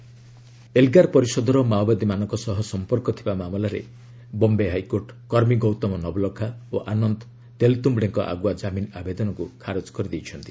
HC Elgar Parishad Elgar ପରିଷଦର ମାଓବାଦୀମାନଙ୍କ ସହ ସମ୍ପର୍କ ଥିବା ମାମଲାରେ ବମ୍ବେ ହାଇକୋର୍ଟ କର୍ମୀ ଗୌତମ ନବଲଖା ଓ ଆନନ୍ଦ ତେଲତ୍ୟୁଡେଙ୍କ ଆଗୁଆ କାମିନ୍ ଆବେଦନକୁ ଖାରଜ କରିଦେଇଛନ୍ତି